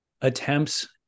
attempts